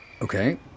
Okay